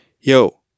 yo